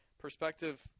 perspective